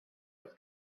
was